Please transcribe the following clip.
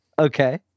Okay